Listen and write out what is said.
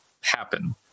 happen